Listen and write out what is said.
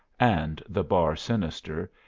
and the bar sinister,